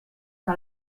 que